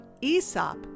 Aesop